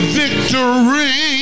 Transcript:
victory